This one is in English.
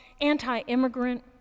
anti-immigrant